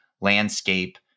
landscape